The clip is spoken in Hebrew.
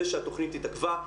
זה שהתכנית התעכבה,